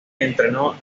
entrenó